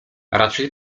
raczej